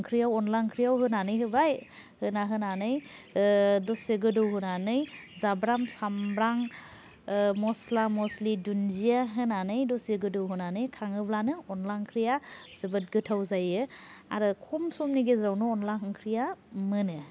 ओंख्रियाव अन्ला ओंख्रियाव होनानै होबाय होना होनानै दसे गोदौ होनानै जाब्रां सामब्राम म'स्ला म'स्लि दुनजिया होनानै दसे गोदौ होनानै खाङोब्लानो अन्ला ओंख्रिया जोबोद गोथाव जायो आरो खम समनि गेजेरावनो अन्ला ओंख्रिया मोनो